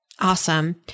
Awesome